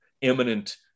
imminent